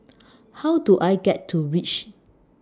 How Do I get to REACH